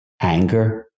Anger